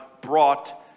brought